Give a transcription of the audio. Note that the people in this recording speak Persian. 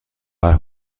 قهر